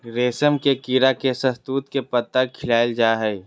रेशम के कीड़ा के शहतूत के पत्ता खिलाल जा हइ